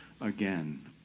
again